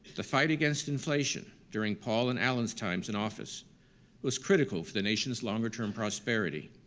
the fight against inflation during paul and alan's times in office was critical for the nation's longer-term prosperity,